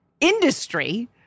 industry